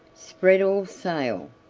spread all sail,